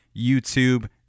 YouTube